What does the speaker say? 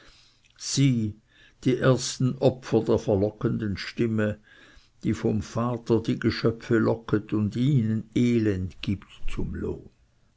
sie die ersten opfer der verlockenden stimme die vom vater die geschöpfe locket und ihnen elend gibt zum lohn